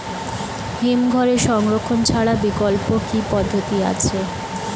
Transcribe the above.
হিমঘরে সংরক্ষণ ছাড়া বিকল্প কি পদ্ধতি আছে?